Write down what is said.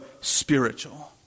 spiritual